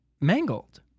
mangled